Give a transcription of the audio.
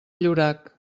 llorac